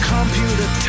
Computer